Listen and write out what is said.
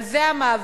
על זה המאבק,